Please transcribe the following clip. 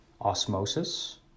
osmosis